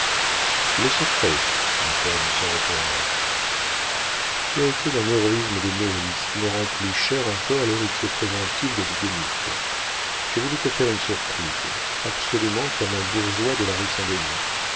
le secret dit-elle en se retournant tu as été d'un héroïsme de nourrice qui me rend plus cher encore l'héritier présomptif des du guénic j'ai voulu te faire une surprise absolument comme un bourgeois de la rue saint-denis